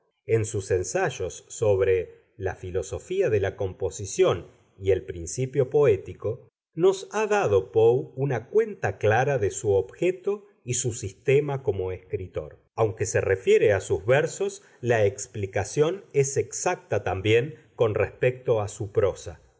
en sus ensayos sobre la filosofía de la composición y el principio poético nos ha dado poe una cuenta clara de su objeto y su sistema como escritor aunque se refiere a sus versos la explicación es exacta también con respecto a su prosa